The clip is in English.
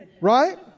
Right